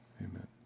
Amen